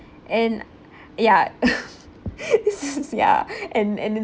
and ya this is ya and and then